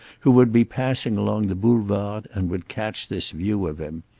who would be passing along the boulevard and would catch this view of him.